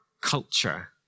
culture